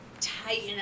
tighten